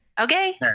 Okay